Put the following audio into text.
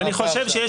אני חושב שיש